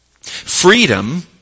Freedom